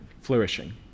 flourishing